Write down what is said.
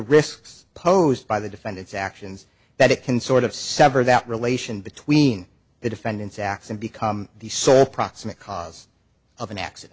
risks posed by the defendant's actions that it can sort of sever that relation between the defendant's acts and become the sole proximate cause of an accident